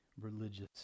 religious